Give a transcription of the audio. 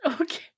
okay